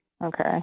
Okay